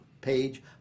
page